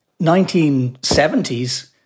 1970s